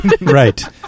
Right